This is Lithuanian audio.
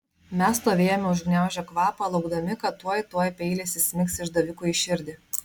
mes stovėjome užgniaužę kvapą laukdami kad tuoj tuoj peilis įsmigs išdavikui į širdį